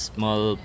Small